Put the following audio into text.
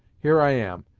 here i am,